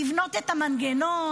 לבנות את המנגנון,